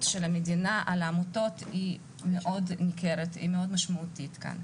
של המדינה על העמותות מאוד ניכרת ומשמעותית כאן.